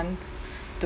to